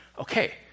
Okay